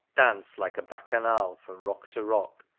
dance like a bacchanal from rock to rock,